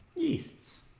easter